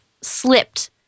slipped –